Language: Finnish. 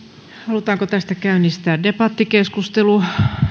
halutaanko tästä käynnistää debattikeskustelu